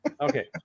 Okay